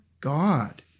god